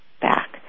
back